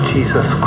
Jesus